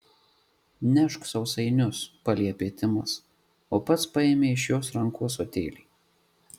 nešk sausainius paliepė timas o pats paėmė iš jos rankų ąsotėlį